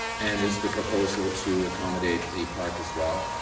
and is the proposal to acome indicate the park as well?